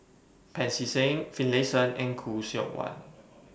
Pancy Seng Finlayson and Khoo Seok Wan